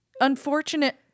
unfortunate